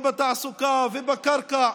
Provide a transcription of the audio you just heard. בתעסוקה ובקרקע.